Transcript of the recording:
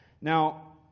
Now